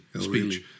speech